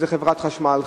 אם חברת חשמל,